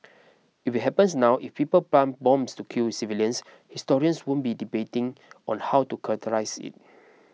if it happens now if people plant bombs to kill civilians historians won't be debating on how to characterise it